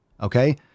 Okay